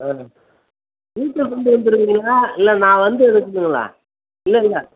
ஆ வீட்டில் கொண்டு வந்துடுவீங்களா இல்லை நான் வந்து எடுக்கணுங்களா இல்லயில்ல